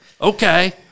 Okay